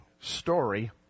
Story